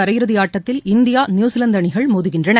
அரையிறுதி ஆடட்த்தில் India New Zealand அணிகள் மோதுகின்றன